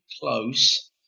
close